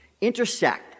intersect